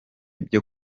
byo